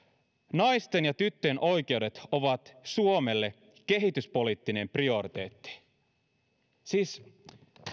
naisten ja tyttöjen oikeudet ovat suomelle kehityspoliittinen prioriteetti siis